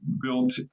built